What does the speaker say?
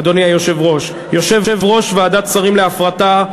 אדוני היושב-ראש: יושב-ראש ועדת שרים להפרטה,